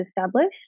established